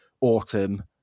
autumn